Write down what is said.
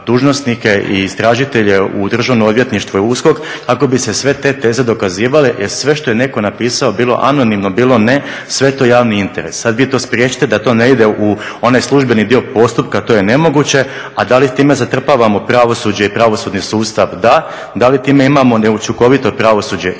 i istražitelje u Državno odvjetništvo i USKOK kako bi se sve te teze dokazivale jer sve što je netko napisao, bilo anonimno bilo ne, sve je to javni interes. Sad vi to spriječite da to ne ide u onaj službeni dio postupka, to je nemoguće. A da li time zatrpavamo pravosuđe i pravosudni sustav-da, da li time imamo neučinkovito pravosuđe-imamo,